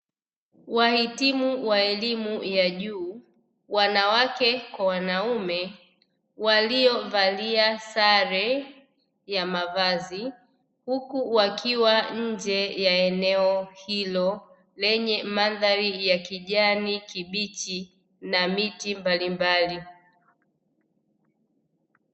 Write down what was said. Wahitimu wa elimu ya juu, wanawake kwa wanaume waliovalia sare ya mavazi huku wakiwa nje ya eneo hilo, lenye mandhari ya kijani kibichi na miti mbalimbali.